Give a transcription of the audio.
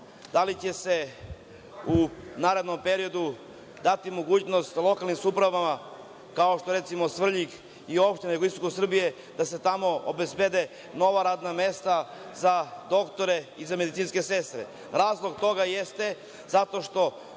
da li će se u narednom periodu dati mogućnost lokalnim samoupravama kao što je recimo Svrljig i opštinama na jugoistoku Srbije, da se tamo obezbede nova radna mesta za doktore i za medicinske sestre? Razlog toga jeste zato što